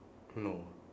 no